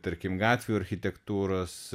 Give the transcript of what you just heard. tarkim gatvių architektūros